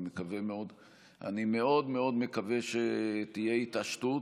אבל אני מאוד מאוד מקווה שתהיה התעשתות.